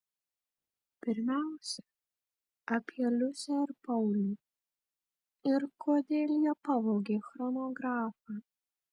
pirmiausia apie liusę ir paulių ir kodėl jie pavogė chronografą